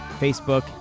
Facebook